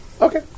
Okay